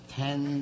ten